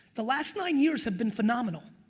the last nine years have been phenomenal.